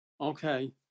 Okay